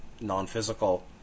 non-physical